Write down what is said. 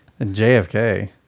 JFK